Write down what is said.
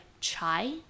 chai